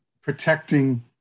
protecting